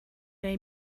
neu